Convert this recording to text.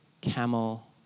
camel